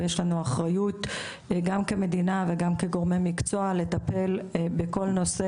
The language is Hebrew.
ויש לנו אחריות גם כמדינה וגם כגורמי מקצוע לטפל בכל נושא